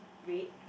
red